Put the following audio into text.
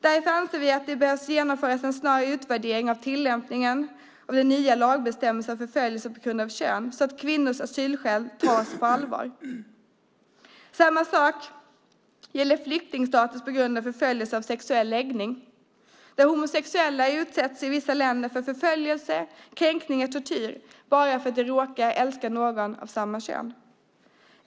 Därför anser vi att det behöver genomföras en snar utvärdering av tillämpningen av den nya lagbestämmelsen om förföljelse på grund av kön så att kvinnors asylskäl tas på allvar. Samma sak gäller flyktingstatus vid förföljelse på grund av sexuell läggning. Homosexuella utsätts i vissa länder för förföljelse, kränkning och tortyr bara för att de råkar älska någon av samma kön.